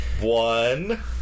One